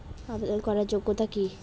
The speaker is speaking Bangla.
আবেদন করার যোগ্যতা কি?